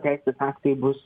teisės aktai bus